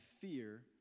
fear